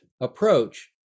approach